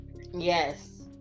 Yes